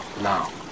now